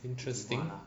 interesting